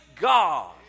God